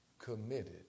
committed